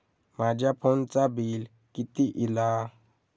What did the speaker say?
माझ्या फोनचा बिल किती इला?